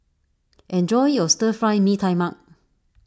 enjoy your Stir Fry Mee Tai Mak